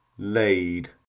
laid